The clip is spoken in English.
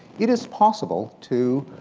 it is possible to